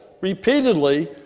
repeatedly